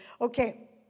Okay